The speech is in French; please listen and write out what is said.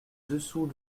dessous